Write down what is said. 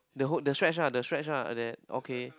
the whole the stretch ah the stretch ah that okay